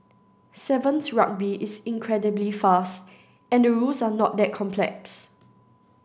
sevens Rugby is incredibly fast and the rules are not that complex